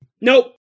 Nope